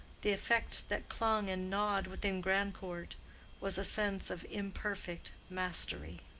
the effect that clung and gnawed within grandcourt was a sense of imperfect mastery.